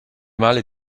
male